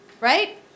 Right